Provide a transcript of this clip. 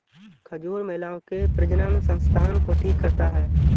खजूर महिलाओं के प्रजननसंस्थान को ठीक करता है